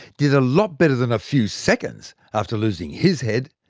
did a lot better than a few seconds after losing his head.